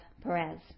Perez